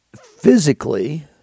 Physically